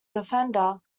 defender